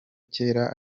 kera